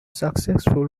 successful